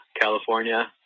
California